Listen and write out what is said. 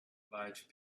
large